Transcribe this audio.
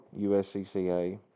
USCCA